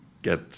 get